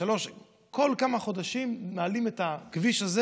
ושלוש שנים, כל כמה חודשים מעלים את הכביש הזה